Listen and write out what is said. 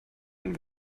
bin